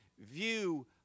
View